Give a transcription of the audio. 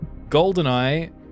Goldeneye